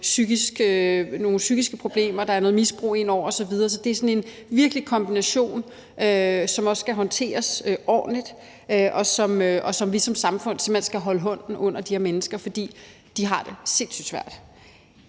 psykiske problemer og der er noget misbrug indover osv., så det er virkelig sådan en kombination, som også skal håndteres ordentligt, og hvor vi som samfund simpelt hen skal holde hånden under de her mennesker, for de har det sindssygt svært.